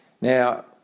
Now